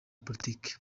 politiki